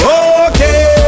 okay